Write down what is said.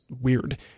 weird